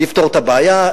לפתור את הבעיה,